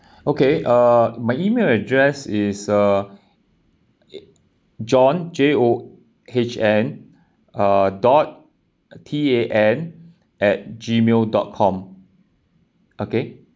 okay uh my E-mail address is uh john J O H N uh dot T A N at Gmail dot com okay